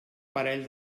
parell